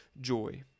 joy